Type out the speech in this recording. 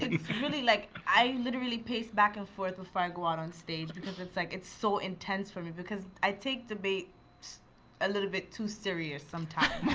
it's really like i literally pace back and forth before i go ah and onstage because it's like it's so intense for me because i take debate a little bit too serious sometimes.